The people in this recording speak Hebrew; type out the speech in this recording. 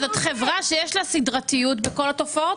חברה שיש לה סדרתיות בתופעות